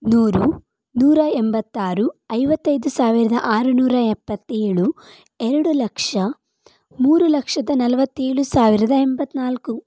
ನೂರು ನೂರ ಎಂಬತ್ತಾರು ಐವತ್ತೈದು ಸಾವಿರದ ಆರು ನೂರ ಎಪ್ಪತ್ತೇಳು ಎರಡು ಲಕ್ಷ ಮೂರು ಲಕ್ಷದ ನಲವತ್ತೇಳು ಸಾವಿರದ ಎಂಬತ್ತನಾಲ್ಕು